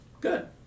Good